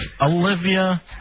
Olivia